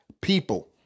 people